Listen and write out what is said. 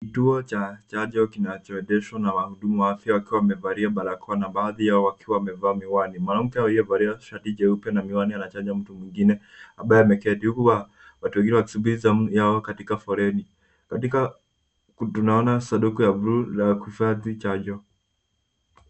Kituo cha chanjo kinachoendeshwa na wahudumu wa afya wakiwa wamevalia barakoa na baadhi yao wakiwa wamevaa miwani. Mwanamke aliyevalia shati jeupe na miwani anachanja mtu mwengine ambaye ameketi huku watu wengine wakisubiri zamu yao katika foleni. Tunaona sanduku la buluu la kuhifadhi chanjo.